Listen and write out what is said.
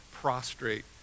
prostrate